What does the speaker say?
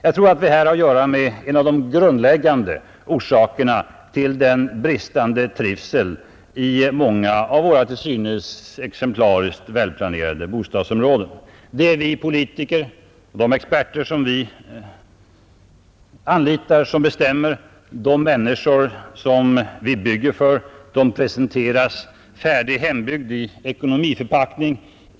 Jag tror att vi här har att göra med en av de grundläggande orsakerna till den bristande trivseln i många av våra till synes exemplariskt välplanerade bostadsområden; det är vi politiker och våra experter som bestämmer, de människor vi bygger för presenteras färdig ”hembygd” i ekonomiförpackning.